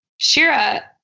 Shira